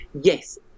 yes